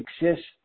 exist